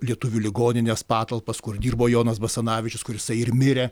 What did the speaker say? lietuvių ligoninės patalpas kur dirbo jonas basanavičius kur jisai ir mirė